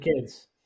kids